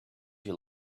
you